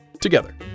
together